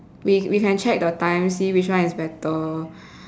we we can check the time see which one is better